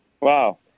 Wow